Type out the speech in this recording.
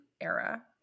era